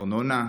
ארנונה,